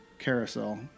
Carousel